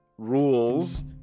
rules